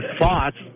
thoughts